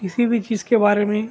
کسی بھی چیز کے بارے میں